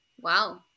wow